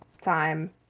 time